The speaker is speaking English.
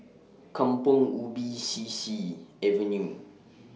Kampong Ubi C C Avenue